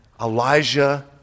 Elijah